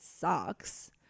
sucks